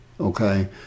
okay